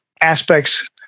aspects